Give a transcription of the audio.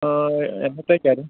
എന്നത്തേക്കായിരുന്നു